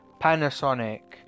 panasonic